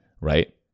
Right